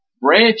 Branch